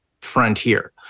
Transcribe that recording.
frontier